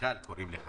קוראים לך